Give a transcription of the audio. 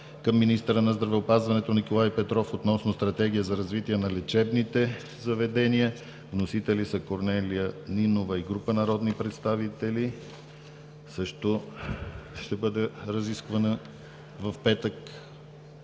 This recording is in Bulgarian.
към министъра на здравеопазването Николай Петров относно Стратегия за развитие на лечебните заведения, вносители са Корнелия Нинова и група народни представители – също ще бъде разискван в петък.